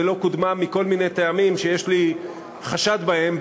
ולא קודמה מכל מיני טעמים שיש לי חשד בהם,